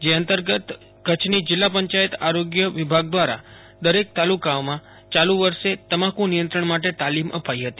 જે અંતર્ગત જિલ્લા પંચાયત આરોગ્ય વિભાગ દ્વારા દરેક તાલુકામાં ચાલુ વર્ષે તમાકુ નિયંત્રણ માટે તાલીમ અપાઇ ફતી